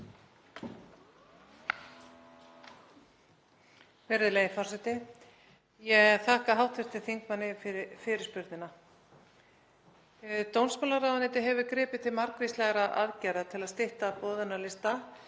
Virðulegi forseti. Ég þakka hv. þingmanni fyrir fyrirspurnina. Dómsmálaráðuneytið hefur gripið til margvíslegra aðgerða til að stytta boðunarlista,